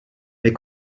mais